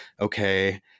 okay